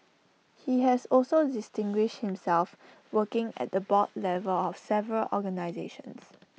he has also distinguished himself working at the board level of several organisations